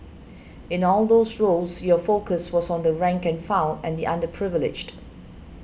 in all those roles your focus was on the rank and file and the underprivileged